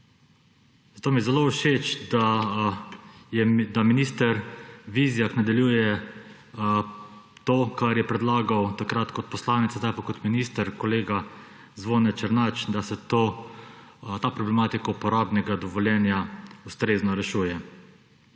Zato mi je zelo všeč to , da minister Vizjak nadaljuje to, kar je predlagal takrat kot poslanec, sedaj pa kot minister kolega Zvone Černač, da se ta problematika uporabnega dovoljenja ustrezno rešuje.